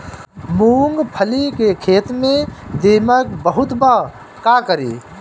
मूंगफली के खेत में दीमक बहुत बा का करी?